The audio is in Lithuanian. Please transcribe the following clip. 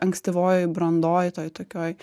ankstyvojoj brandoj toj tokioj